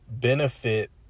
benefit